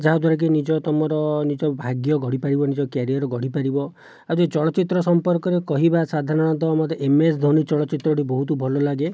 ଯାହାଦ୍ଵାରାକି ନିଜ ତୁମର ନିଜ ଭାଗ୍ୟ ଗଢ଼ିପାରିବ ନିଜ କ୍ୟାରିଅର୍ ଗଢ଼ିପାରିବ ଆଉ ଯଦି ଚଳଚିତ୍ର ସମ୍ପର୍କରେ କହିବା ସାଧାରଣତଃ ମୋତେ ଏମଏସ୍ ଧୋନୀ ଚଳଚିତ୍ରଟି ବହୁତ ଭଲ ଲାଗେ